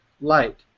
light